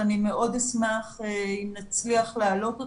ואני מאוד אשמח אם נצליח להעלות אותו,